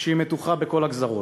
כשהיא מתוחה בכל הגזרות.